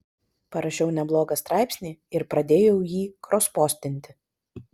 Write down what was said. parašiau neblogą straipsnį ir pradėjau jį krospostinti